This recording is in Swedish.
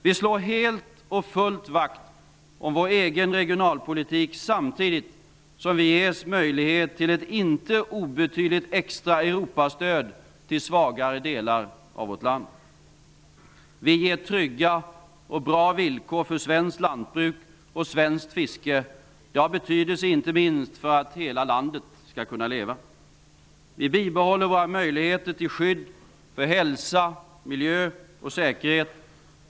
Vi slår helt och fullt vakt om vår egen regionalpolitik, samtidigt som vi ges möjlighet till ett inte obetydligt extra Europastöd till svagare delar av vårt land. Vi ger trygga och bra villkor för svenskt lantbruk och fiske. Detta har betydelse inte minst för att hela landet skall kunna leva. Vi bibehåller våra möjligheter till skydd för hälsa, miljö och säkerhet.